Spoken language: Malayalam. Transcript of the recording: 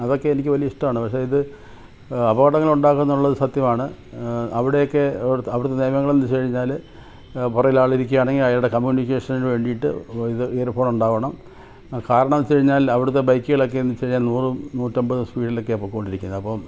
അതൊക്കെ എനിക്ക് വലിയ ഇഷ്ടമാണ് പക്ഷെ ഇത് അപകടങ്ങൾ ഉണ്ടാക്കുമെന്നുള്ളത് സത്യമാണ് അവിടെയൊക്കെ അവിടുത്തെ അവിടുത്തെ നിയമങ്ങളെന്ന് വച്ചു കഴിഞ്ഞാൽ പുറകിൽ ആൾ ഇരിക്കുകയാണെങ്കിൽ അയാളുടെ കമ്മ്യൂണിക്കേഷൻ വേണ്ടിയിട്ട് ഇത് ഇയർ ഫോണുണ്ടാവണം കാരണമെന്ന് വച്ചു കഴിഞ്ഞാൽ അവിടത്തെ ബൈക്കിലേക്ക് ഒന്ന് വച്ച് കഴിഞ്ഞാൽ നൂറും നൂറ്റമ്പത് സ്പീഡിലൊക്കെയാണ് പോയി കൊണ്ടിരിക്കുന്നത് അപ്പം